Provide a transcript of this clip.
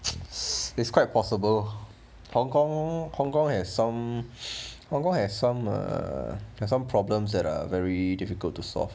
it's it's quite possible hong kong hong kong has some hong kong has some uh like some problems that are very difficult to solve